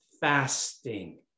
fasting